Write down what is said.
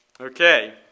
Okay